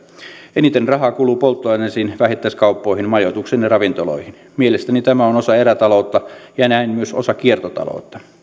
eniten rahaa kuluu polttoaineisiin vähittäiskauppoihin majoituksiin ja ravintoloihin mielestäni tämä on osa erätaloutta ja näin myös osa kiertotaloutta